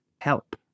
help